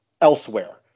elsewhere